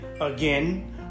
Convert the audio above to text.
again